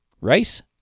rice